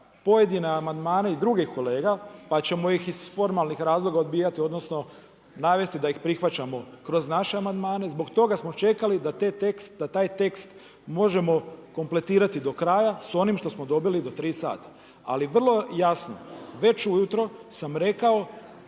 pojedine amandmane i drugih kolega pa ćemo ih iz formalnih razloga odbijati odnosno navesti da ih prihvaćamo kroz naše amandmane. Zbog toga smo čekali da taj tekst možemo kompletirati do kraja s onim što smo dobili do tri sata. Ali vrlo jasno već ujutro sam rekao